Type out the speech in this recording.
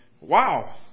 wow